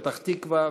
פתח תקווה,